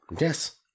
Yes